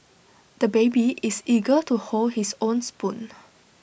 the baby is eager to hold his own spoon